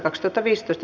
asia